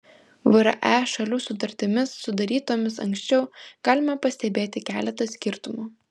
vre šalių sutartimis sudarytomis anksčiau galima pastebėti keletą skirtumų